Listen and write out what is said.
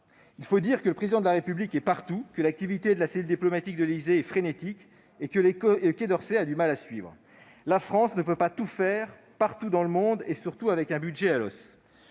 Il faut dire que le Président de la République est partout, que l'activité de la cellule diplomatique de l'Élysée est frénétique et que le Quai d'Orsay a du mal à suivre. La France ne peut pas tout faire, partout dans le monde, surtout avec un budget « à l'os